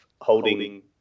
holding